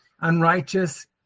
unrighteous